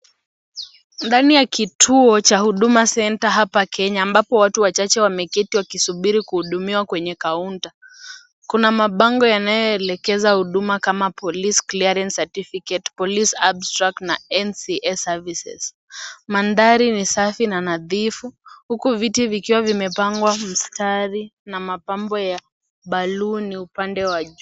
Ndani ya kituo cha Huduma Centre hapa Kenya ambapo watu wachache wameketi wakisubiri kuhudumiwa kwenye kaunta, kuna mabango yanayoelekeza huduma kama; police clearance certificate, police abstract na NCS services , mandhari ni safi na nadhifu, huku viti vikiwa vimepangwa mstari na mapambo ya baluni upande wa juu.